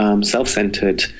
self-centered